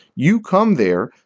you come there,